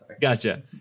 Gotcha